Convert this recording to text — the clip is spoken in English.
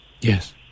Yes